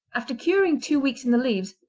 after curing two weeks in the leaves,